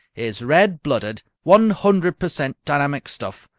is red-blooded, one-hundred-per-cent dynamic stuff,